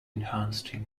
enhanced